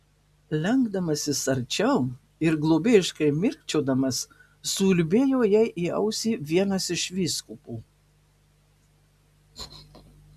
lenkdamasis arčiau ir globėjiškai mirkčiodamas suulbėjo jai į ausį vienas iš vyskupų